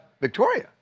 Victoria